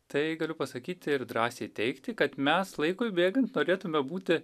tai galiu pasakyti ir drąsiai teigti kad mes laikui bėgant norėtume būti